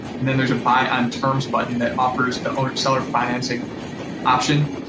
and then there's a buy-on-terms button that offers the seller financing option.